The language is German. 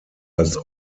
als